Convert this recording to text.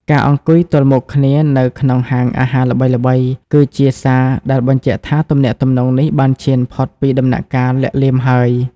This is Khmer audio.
ការអង្គុយទល់មុខគ្នានៅក្នុងហាងអាហារល្បីៗ គឺជាសារដែលបញ្ជាក់ថាទំនាក់ទំនងនេះបានឈានផុតពីដំណាក់កាលលាក់លៀមហើយ។